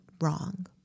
wrong